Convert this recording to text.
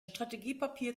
strategiepapier